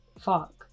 Fuck